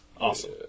Awesome